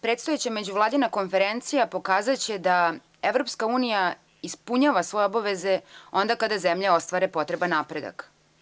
Predstojeća međuvladina konferencija pokazaće da EU ispunjava svoje obaveze onda kada zemlje ostvare potreban napredak.